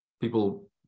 people